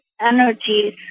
energies